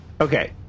Okay